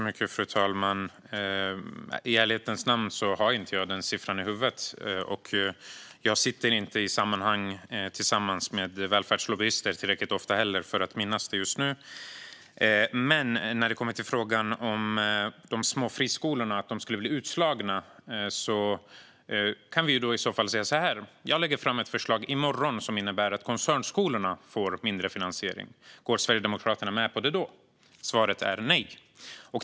Fru talman! I ärlighetens namn har inte jag den siffran i huvudet. Jag sitter inte heller i sammanhang tillsammans med välfärdslobbyister tillräckligt ofta för att minnas den just nu. När det kommer till frågan om de små friskolorna och att de skulle bli utslagna kan vi i så fall säga så här: Jag lägger fram ett förslag i morgon som innebär att koncernskolorna får mindre finansiering. Går Sverigedemokraterna med på det då? Svaret är nej.